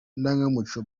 indangamuco